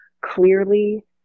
clearly